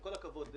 כל הכבוד,